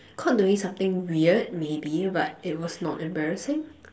caught doing something weird maybe but it was not embarrassing